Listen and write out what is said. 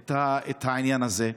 את העניין הזה,